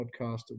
podcast